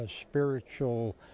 spiritual